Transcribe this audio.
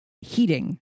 heating